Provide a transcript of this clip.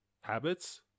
habits